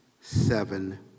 seven